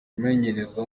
umumenyereza